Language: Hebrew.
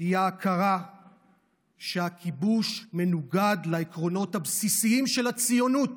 היא ההכרה שהכיבוש מנוגד לעקרונות הבסיסיים של הציונות,